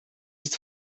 ist